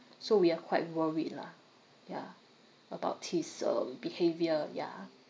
so we are quite worried lah yeah about his um behaviour yeah